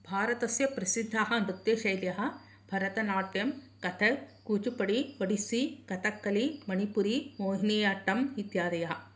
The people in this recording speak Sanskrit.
भारतस्य प्रसिद्धाः नृत्यशैल्यः भरतनाट्यं कथक् कुच्चुपिडि ओडिसी कथकलि मनिपुरी मोहिनी आट्टम् इत्यादयः